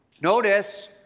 Notice